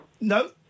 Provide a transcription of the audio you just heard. No